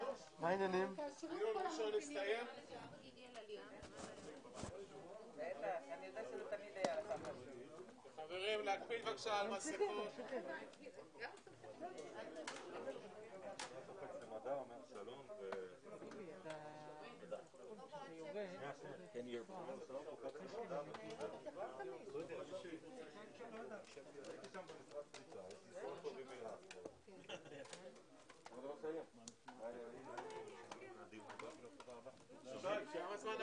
הישיבה ננעלה בשעה 10:33.